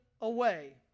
away